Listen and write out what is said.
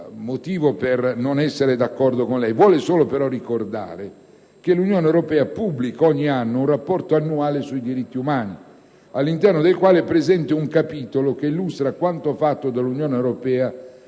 motivo per non essere d'accordo con lei, ma vuole solo ricordare che l'Unione europea ogni anno pubblica un Rapporto annuale sui diritti umani, all'interno del quale è presente un capitolo che illustra quanto questo organismo fa per